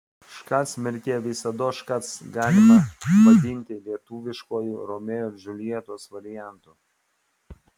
škac mirtie visados škac galima vadinti lietuviškuoju romeo ir džiuljetos variantu